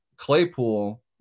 Claypool